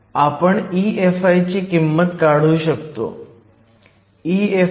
आपण EFi ची किंमत काढू शकतो